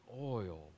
oil